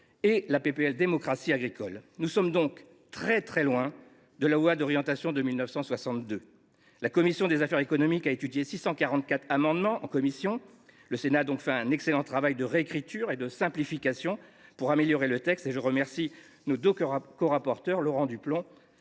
de la démocratie agricole. Nous sommes donc loin, très loin, de la loi d’orientation de 1962. La commission des affaires économiques a examiné 644 amendements. Le Sénat a donc réalisé un excellent travail de réécriture et de simplification pour améliorer le texte. Je remercie nos deux corapporteurs, Laurent Duplomb,